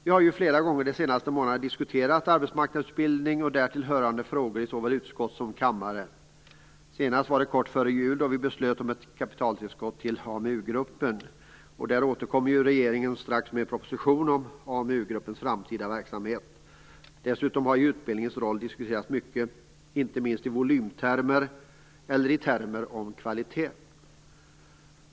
Vi har ju flera gånger under det senaste året diskuterat arbetsmarknadsutbildning och därtill hörande frågor i såväl utskott som kammare. Senast var kort före jul då vi beslutade om ett kapitaltillskott till AMU-gruppen. Där återkommer regeringen snart med en proposition om AMU-gruppens framtida verksamhet. Dessutom har ju utbildningens roll diskuterats mycket, inte minst i volymtermer eller i termer av kvalitet.